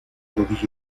rodilla